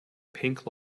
pink